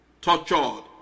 tortured